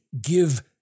give